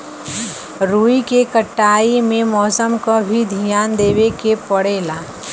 रुई के कटाई में मौसम क भी धियान देवे के पड़ेला